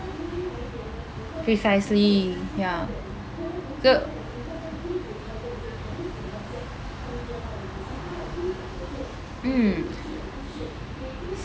precisely ya so mm